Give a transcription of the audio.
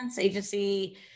agency